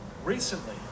Recently